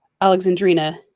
Alexandrina